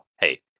hey